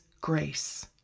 grace